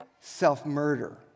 self-murder